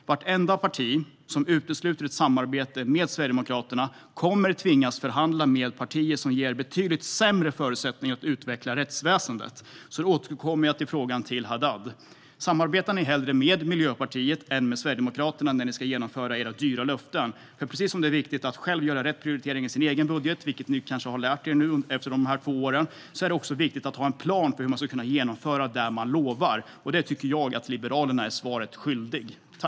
Vartenda parti som utesluter ett samarbete med Sverigedemokraterna kommer att tvingas förhandla med partier som ger betydligt sämre förutsättningar för att utveckla rättsväsendet. Jag återkommer till frågan till Haddad: Samarbetar ni hellre med Miljöpartiet än med Sverigedemokraterna när ni ska genomföra era dyra löften? Precis som det är viktigt att själv göra rätt prioritering i sin egen budget, vilket ni kanske har lärt er nu efter de här två åren, är det också viktigt att ha en plan för hur man ska kunna genomföra det man lovar. Där tycker jag att Liberalerna är svaret skyldiga.